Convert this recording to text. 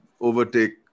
overtake